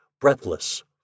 breathless